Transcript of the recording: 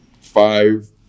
five